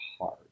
hard